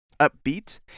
upbeat